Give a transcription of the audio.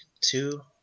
two